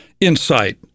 insight